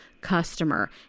customer